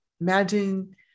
Imagine